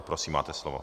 Prosím, máte slovo.